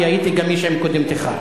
כי הייתי גמיש גם קודמתך.